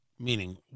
meaning